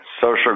social